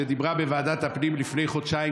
שדיברה בוועדת הפנים לפני חודשיים,